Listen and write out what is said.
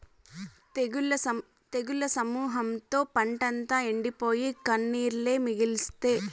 తెగుళ్ల సమూహంతో పంటంతా ఎండిపోయి, కన్నీరే మిగిల్సే